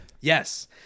Yes